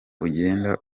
ugende